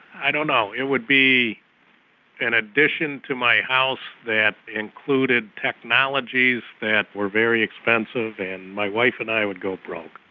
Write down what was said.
you know it would be an addition to my house that included technologies that were very expensive and my wife and i would go broke.